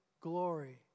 glory